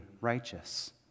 righteous